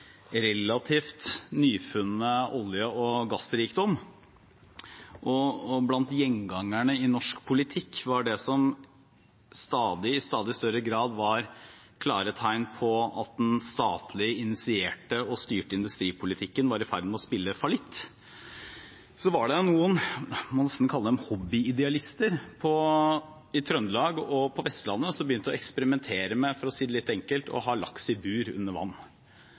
relativt nyfunne olje- og gassrikdom, og da det blant gjengangerne i norsk politikk i stadig større grad var klare tegn på at den statlig initierte og styrte industripolitikken var i ferd med å spille fallitt, var det noen – må nesten kalle dem hobbyidealister – i Trøndelag og på Vestlandet som begynte å eksperimentere med å ha laks i bur under vann, for å si det litt enkelt.